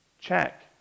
check